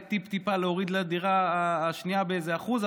טיפ-טיפה להוריד לדירה השנייה באיזה אחוז,